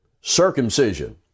Circumcision